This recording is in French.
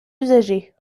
usagers